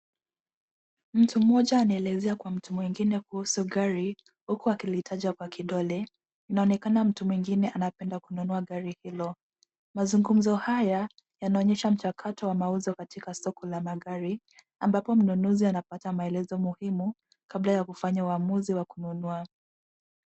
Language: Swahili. Mtu mmoja anaelezea kwa mtu mwingine kuhusu gari huku akilitaja kwa kidole, inaonekana mtu mwingine anapenda kununua gari hilo. Mazungumzo haya yanaonyesha mchakato wa mauzo katika soko la magari, ambapo mnunuzi anapata maelezo muhimu kabla ya kufanya uamuzi wa kununua.